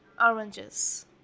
oranges